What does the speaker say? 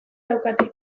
daukate